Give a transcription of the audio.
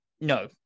No